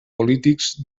polítics